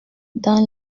dans